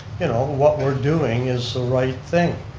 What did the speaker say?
you know what we're doing is the right thing,